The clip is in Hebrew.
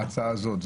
ההצעה הזאת,